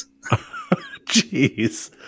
Jeez